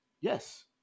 yes